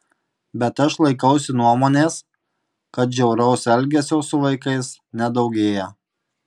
bet aš laikausi nuomonės kad žiauraus elgesio su vaikais nedaugėja